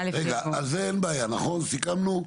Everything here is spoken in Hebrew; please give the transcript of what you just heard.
פה מדובר לא על הכרזה שהייתה כמו שאתם עושים תמיד,